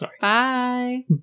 Bye